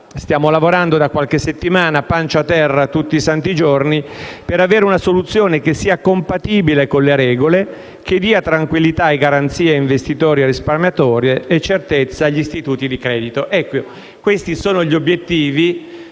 Stiamo lavorando da qualche settimana pancia a terra tutti i santi giorni per avere una soluzione che sia compatibile con le regole, che dia tranquillità e garanzie a investitori e risparmiatori e certezza agli istituti di credito.